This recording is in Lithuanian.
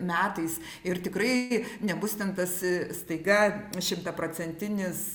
metais ir tikrai nebus ten tas staiga šimtaprocentinis